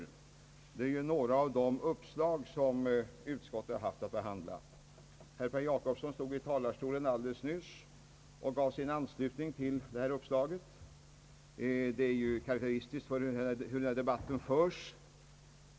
Detta uppslag är ju ett bland de många som utskottet haft att behandla. Herr Per Jacobsson gav nyss i talarstolen sin anslutning till förslaget, vilket är karaktäristiskt för det sätt på vilket denna debatt förs.